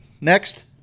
Next